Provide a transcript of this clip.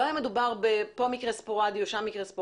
לא היה מדובר במקרה ספורדי כאן או שם אלא